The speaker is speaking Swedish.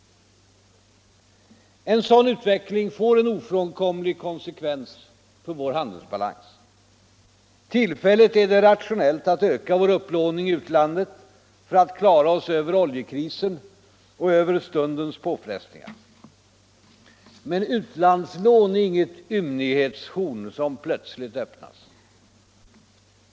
En sådan utveckling får ofrånkomliga konsekvenser för vår handelsbalans. Tillfälligt är det rationellt att öka vår upplåning i utlandet för att klara oss över oljekrisen och över stundens påfrestningar. Men utlandslån är inget ymnighetshorn som plötsligt öppnas.